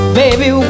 baby